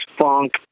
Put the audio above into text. funk